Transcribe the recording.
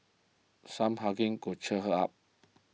some hugging could cheer her up